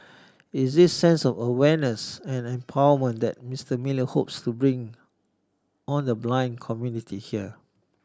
it's this sense of awareness and empowerment that Mister Miller hopes to bring on the blind community here